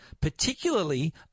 particularly